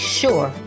sure